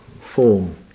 form